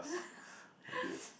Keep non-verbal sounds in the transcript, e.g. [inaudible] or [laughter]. [laughs]